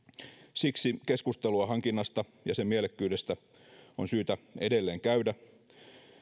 siksi keskustelua hankinnasta ja sen mielekkyydestä on syytä edelleen käydä